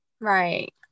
right